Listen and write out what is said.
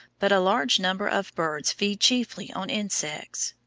but a large number of birds feed chiefly on insects.